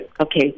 Okay